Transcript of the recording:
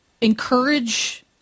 encourage